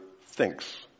thinks